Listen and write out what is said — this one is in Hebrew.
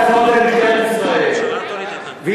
הצעת החוק הזאת זה משטרת ישראל.